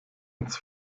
ins